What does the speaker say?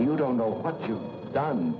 you don't know what you've done